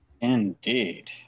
Indeed